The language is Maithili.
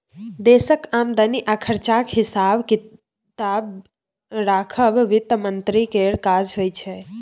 देशक आमदनी आ खरचाक हिसाब किताब राखब बित्त मंत्री केर काज होइ छै